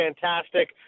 fantastic